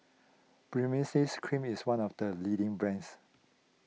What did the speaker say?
Baritex Cream is one of the leading brands